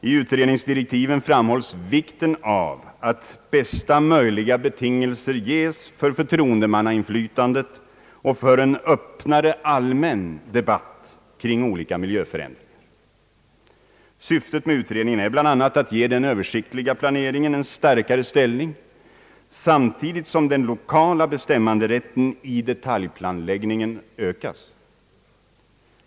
I utredningsdirektiven framhålles vikten av att bästa möjliga betingelser ges för förtroendemannainflytande och för en öppnare allmän debatt kring olika miljöförändringar. Syftet med utredningen är bl.a. att ge den översiktliga planeringen en starkare ställning, samtidigt som den lokala bestämmanderätten i detaljplanläggningen ökas.